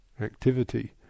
activity